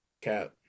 Cap